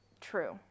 True